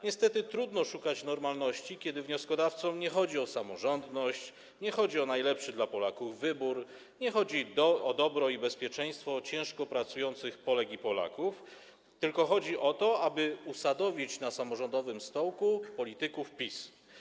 Niestety trudno szukać normalności, kiedy wnioskodawcom nie chodzi o samorządność, nie chodzi o najlepszy dla Polaków wybór, nie chodzi o dobro i bezpieczeństwo ciężko pracujących Polek i Polaków, tylko chodzi o to, aby usadowić na samorządowym stołku polityków PiS.